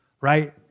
right